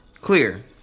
clear